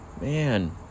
Man